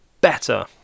better